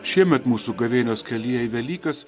šiemet mūsų gavėnios kelyje į velykas